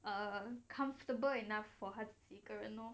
err comfortable enough for 他自己一个人咯